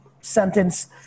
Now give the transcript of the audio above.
sentence